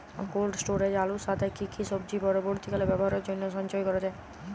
Cold স্টোরেজে আলুর সাথে কি কি সবজি পরবর্তীকালে ব্যবহারের জন্য সঞ্চয় করা যায়?